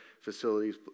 facilities